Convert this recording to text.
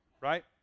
right